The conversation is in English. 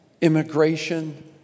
immigration